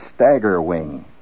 Staggerwing